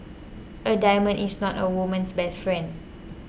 a diamond is not a woman's best friend